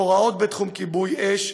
הוראות בתחום כיבוי אש,